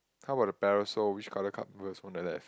how about the parasol which colour come first on the left